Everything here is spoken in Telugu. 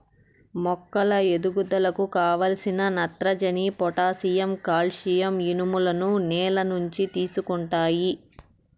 మొక్కల పెరుగుదలకు కావలసిన నత్రజని, పొటాషియం, కాల్షియం, ఇనుములను నేల నుంచి తీసుకుంటాయి